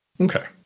Okay